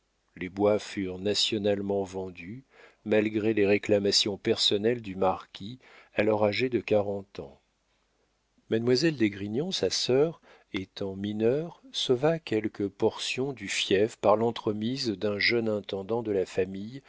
les bois furent nationalement vendus malgré les réclamations personnelles du marquis alors âgé de quarante ans mademoiselle d'esgrignon sa sœur étant mineure sauva quelques portions du fief par l'entremise d'un jeune intendant de la famille